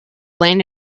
land